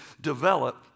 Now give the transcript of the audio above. develop